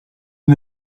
and